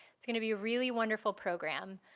it's going to be a really wonderful program.